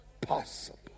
possible